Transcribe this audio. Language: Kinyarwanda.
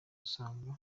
usanga